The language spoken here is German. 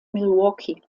milwaukee